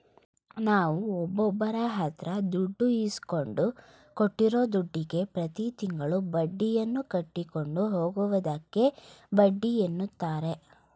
ನಾವುಒಬ್ಬರಹತ್ರದುಡ್ಡು ಇಸ್ಕೊಂಡ್ರೆ ಕೊಟ್ಟಿರೂದುಡ್ಡುಗೆ ಪ್ರತಿತಿಂಗಳು ಬಡ್ಡಿಯನ್ನುಕಟ್ಟಿಕೊಂಡು ಹೋಗುವುದಕ್ಕೆ ಬಡ್ಡಿಎನ್ನುತಾರೆ